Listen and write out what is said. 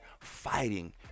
fighting